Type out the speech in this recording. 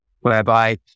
whereby